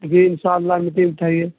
جی ان شاء اللہ میٹنگ بٹھائیے